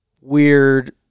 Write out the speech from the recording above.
weird